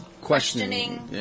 questioning